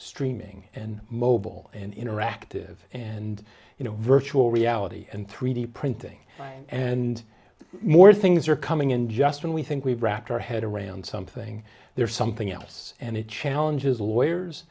streaming and mobile and interactive and you know virtual reality and three d printing and more things are coming in just when we think we've wrapped our head around something there's something else and it challenges lawyers